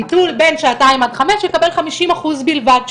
ביטול בין שעתיים עד חמש יקבל חמישים אחוז בלבד.